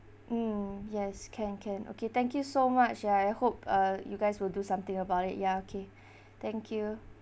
mm yes can can okay thank you so much ya I hope uh you guys will do something about it ya okay thank you